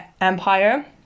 empire